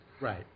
Right